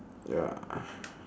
ya